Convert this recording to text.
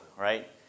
right